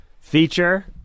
feature